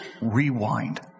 rewind